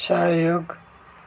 सहयोग